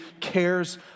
cares